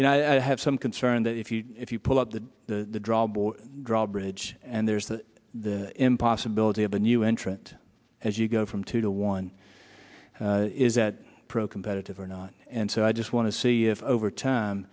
you know i have some concern that if you if you pull out the drobo drawbridge and there's the possibility of a new entrant as you go from two to one is that pro competitive or not and so i just want to see if over time